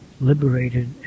liberated